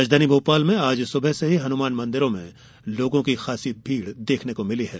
राजधानी भोपाल में आज सुबह से ही हनुमान मंदिरों में लोगों की खासी भीड़ दिखाई दे रही है